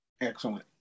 excellent